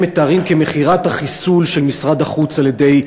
מתארים כמכירת החיסול של משרד החוץ על-ידי הממשלה.